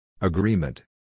Agreement